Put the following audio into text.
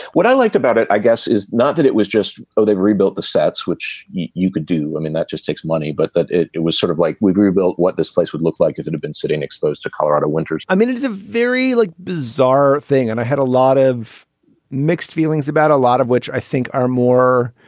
what i liked about it i guess is not that it was just oh they rebuilt the sets which you could do. i mean that just takes money but it it was sort of like we've rebuilt what this place would look like if it had been sitting exposed to colorado winters i mean it is a very like bizarre thing and i had a lot of mixed feelings about a lot of which i think are more